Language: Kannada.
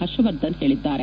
ಹರ್ಷವರ್ಧನ್ ಹೇಳಿದ್ದಾರೆ